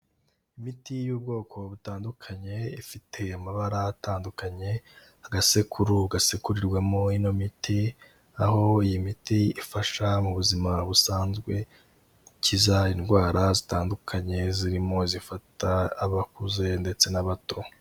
Imiti y'ubwoko butandukanye, ifite amabara atandukanye, agasekuro gasekurirwamo ino miti, aho iyi miti ifasha mu buzima busanzwe, ikiza indwara zitandukanye zirimo zifata abakuze ndetse n'abato.